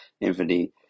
Infinity